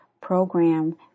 program